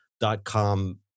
dot-com